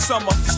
summer